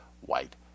white